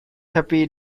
happy